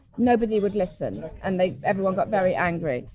nobody would listen and they, everyone got very angry.